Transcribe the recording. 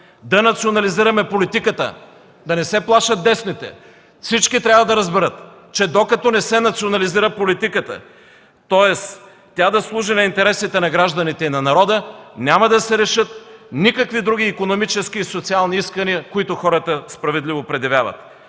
да национализираме политиката. Да не се плашат десните – всички трябва да разберат, че докато не се национализира политиката, тоест да служи на интересите на гражданите и на народа, няма да се решат никакви други икономически и социални искания, които хората справедливо предявяват.